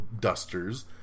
Dusters